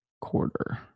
quarter